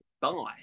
Bye